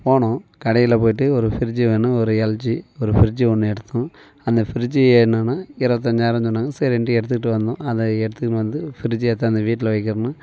போனோம் கடையில் போயிட்டு ஒரு ஃப்ரிட்ஜூ வேணும் ஒரு எல்ஜி ஒரு ஃப்ரிட்ஜூ ஒன்று எடுத்தோம் அந்த ஃப்ரிட்ஜூ என்னென்னா இருவத்தஞ்சாயிரம் சொன்னாங்க சரின்ட்டு எடுத்துக்கிட்டு வந்தோம் அதை எடுத்துக்கினு வந்து ஃப்ரிட்ஜை எடுத்தாந்து வீட்டில் வைக்காமல்